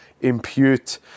impute